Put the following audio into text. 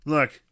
Look